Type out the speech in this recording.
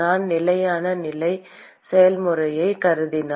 நான் நிலையான நிலை செயல்முறையை கருதினால்